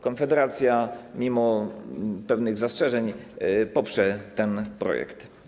Konfederacja mimo pewnych zastrzeżeń poprze ten projekt.